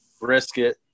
brisket